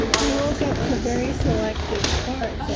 i woke up for very selective parts of